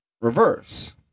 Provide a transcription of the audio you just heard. reverse